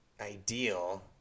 ideal